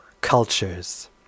cultures